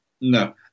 No